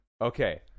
Okay